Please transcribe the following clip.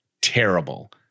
terrible